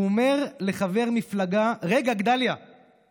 / הוא אומר לחבר מפלגה: רגע, גדליה /